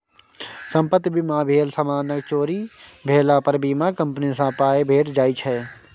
संपत्ति बीमा भेल समानक चोरी भेला पर बीमा कंपनी सँ पाइ भेटि जाइ छै